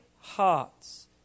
hearts